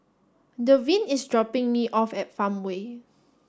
Devyn is dropping me off at Farmway